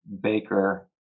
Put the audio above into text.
baker